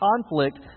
conflict